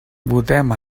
votem